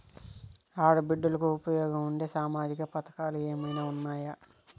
ఆడ బిడ్డలకు ఉపయోగం ఉండే సామాజిక పథకాలు ఏమైనా ఉన్నాయా?